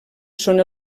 són